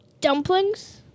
Dumplings